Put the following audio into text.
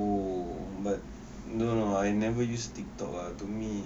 oh but no no I never use tiktok ah to me